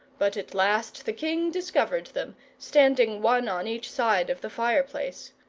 but at last the king discovered them, standing one on each side of the fireplace.